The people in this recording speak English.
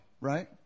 right